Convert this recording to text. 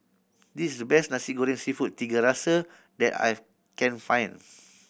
this is the best Nasi Goreng Seafood Tiga Rasa that I can find